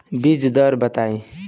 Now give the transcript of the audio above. बीज दर बताई?